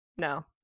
no